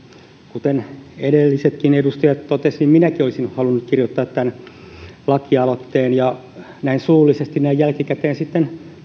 kuten edellisetkin edustajat totesivat minäkin olisin halunnut allekirjoittaa tämän lakialoitteen ja näin suullisesti näin jälkikäteen sitten